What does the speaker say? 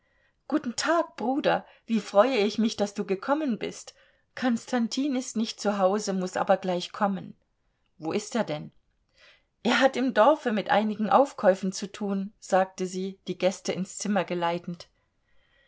guten tag bruder wie freue ich mich daß du gekommen bist konstantin ist nicht zu hause muß aber gleich kommen wo ist er denn er hat im dorfe mit einigen aufkäufern zu tun sagte sie die gäste ins zimmer geleitend